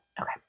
Okay